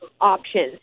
options